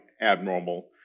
abnormal